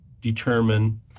determine